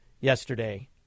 yesterday